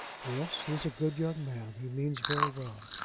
yes, he's a good young man. he means very well.